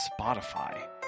Spotify